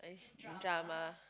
drama